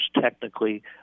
technically